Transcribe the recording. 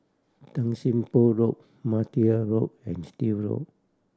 Tan Sim Boh Road Martia Road and Still Road